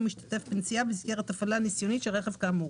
משתתף בנסיעה במסגרת הפעלה ניסיונית של רכב כאמור.